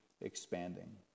expanding